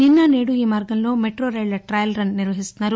నిన్న నేడు ఈ మార్గంలో మెట్రైళ్ల టెల్రన్ నిర్వహిస్తున్నారు